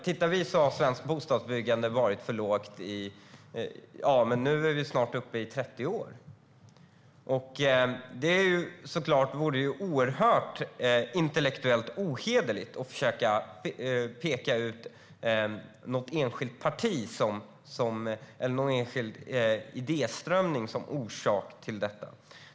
Vi ser ju att svenskt bostadsbyggande har varit för lågt i snart 30 år. Det vore såklart oerhört intellektuellt ohederligt att försöka peka ut något enskilt parti eller någon enskild idéströmning som orsak till detta.